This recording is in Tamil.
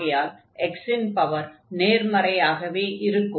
ஆகையால் x இன் பவர் நேர்மறையாக இருக்கும்